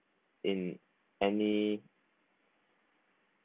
in any